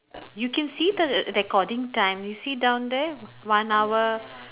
you can see the recording time you see down there one hour